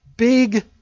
Big